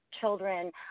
children